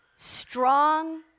Strong